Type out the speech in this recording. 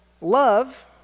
love